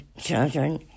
children